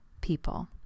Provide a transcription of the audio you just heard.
people